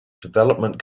development